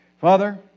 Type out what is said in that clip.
Father